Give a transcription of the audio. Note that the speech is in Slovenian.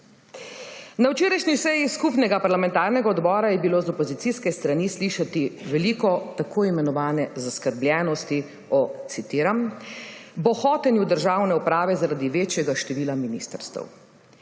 Na včerajšnji seji skupnega parlamentarnega odbora je bilo z opozicijske strani slišati veliko tako imenovane zaskrbljenosti o, citiram, »bohotenju državne uprave zaradi večjega števila ministrstev«.